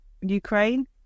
Ukraine